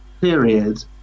period